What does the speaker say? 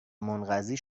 منقضی